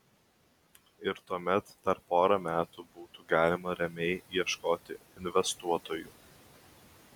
ir tuomet dar porą metų būtų galima ramiai ieškoti investuotojų